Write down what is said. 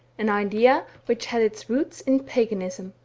an idea which had its roots in paganism.